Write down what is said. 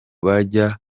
bajya